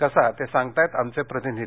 कसा ते सांगताहेत आमचे प्रतिनिधी